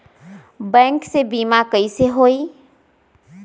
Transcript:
Bank से बिमा कईसे होई?